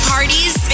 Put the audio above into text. Parties